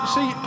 See